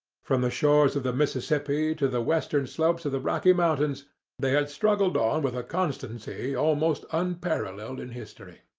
from the shores of the mississippi to the western slopes of the rocky mountains they had struggled on with a constancy almost unparalleled in history.